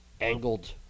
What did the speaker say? angled